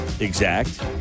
exact